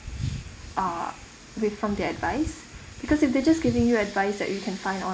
uh with from their advice because if they're just giving you advice that you can find